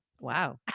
Wow